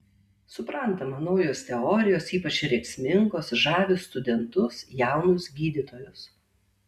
suprantama naujos teorijos ypač rėksmingos žavi studentus jaunus gydytojus